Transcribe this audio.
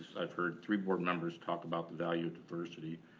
i've heard three board members talk about the value of diversity.